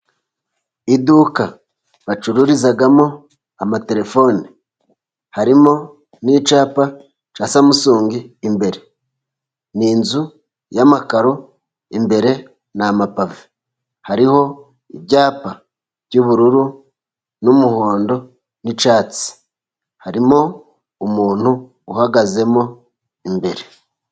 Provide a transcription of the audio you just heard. Iduka bacururizamo amatelefone harimo n'icapa cya samusungi imbere, ni inzu y'amakaro imbere ni amapave, hariho ibyapa by'ubururu n'umuhondo n'icyatsi, harimo umuntu uhagazemo imbere.